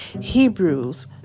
Hebrews